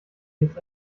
jetzt